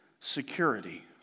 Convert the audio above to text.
security